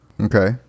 Okay